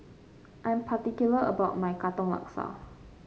I'm particular about my Katong Laksa